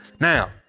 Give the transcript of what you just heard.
Now